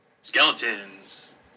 Skeletons